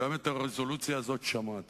גם את הרזולוציה הזאת שמעתי.